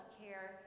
care